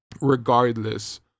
Regardless